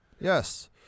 Yes